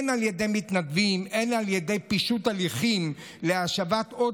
הן על ידי מתנדבים והן על ידי פישוט הליכים להשבת עוד